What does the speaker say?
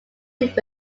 would